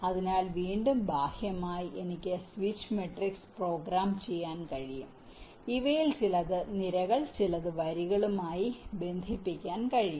അതിനാൽ വീണ്ടും ബാഹ്യമായി എനിക്ക് സ്വിച്ച് മാട്രിക്സ് പ്രോഗ്രാം ചെയ്യാൻ കഴിയും ഇവയിൽ ചിലത് നിരകൾ ചില വരികളുമായി ബന്ധിപ്പിക്കാൻ കഴിയും